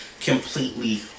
completely